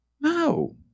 No